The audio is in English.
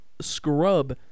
scrub